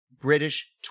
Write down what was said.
British